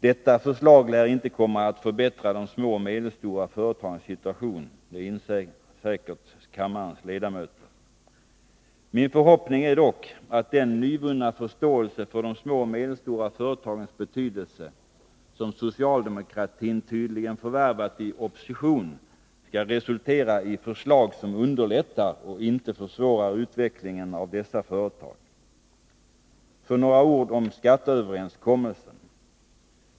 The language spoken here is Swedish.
Detta förslag lär inte komma att förbättra de små och medelstora företagens situation. Det inser säkert kammarens ledamöter. Min förhoppning är dock att den nyvunna förståelse för de små och medelstora företagens betydelse, som socialdemokratin tydligen förvärvat i opposition, skall resultera i förslag som underlättar och inte försvårar utvecklingen av dessa företag. Några ord om skatteöverenskommelsen.